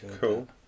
cool